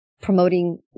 promoting